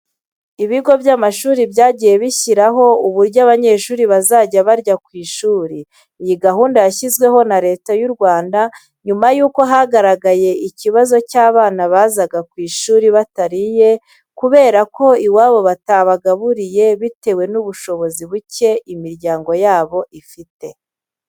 Ibigo by'amashuri byagiye bishyiraho uburyo abanyeshuri bazajya barya ku ishuri. Iyi gahunda yashyizweho na Leta y'u Rwanda nyuma yuko hagaragaye ikibazo cy'abana bazaga ku ishuri batariye kubera ko iwabo batabagaburiye bitewe n'ubushobozi buke imiryango yabo ifite.